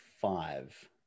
five